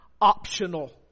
optional